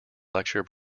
lecture